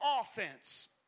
offense